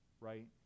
right